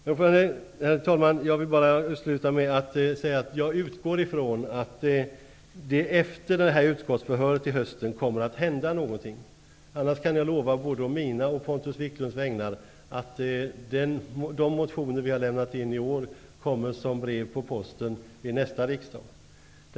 Herr talman! Jag vill bara sluta med att säga att jag utgår från att det efter utskottsförhöret i höst kommer att hända någonting. Annars kan jag lova både å mina och Pontus Wiklunds vägnar att de motioner vi har lämnat in i år kommer som brev på posten vid nästa riksdag.